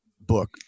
book